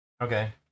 Okay